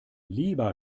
lieber